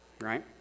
Right